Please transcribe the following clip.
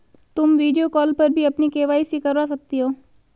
तुम video call पर भी अपनी के.वाई.सी करवा सकती हो